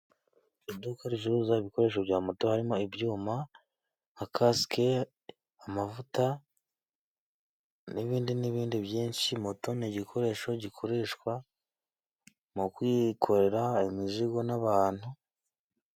Iduka ricuruza ibikoresho bya moto, harimo ibyuma nka kasike amavuta n'ibindi n'ibindi byinshi. Moto ni igikoresho gikoreshwa mu kwikorera imizigo n'abantu.